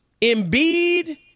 Embiid